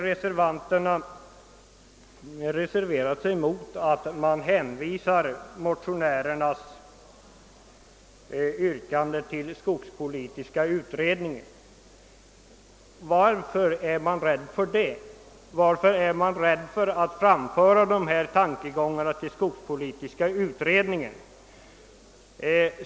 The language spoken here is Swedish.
Reservanterna har nu vänt sig mot att motionärernas yrkande skall hänvisas till skogspolitiska utredningen. Varför är man rädd för att framföra dessa tankegångar till skogspolitiska utredningen?